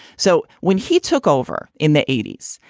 so when he took over in the eighty s,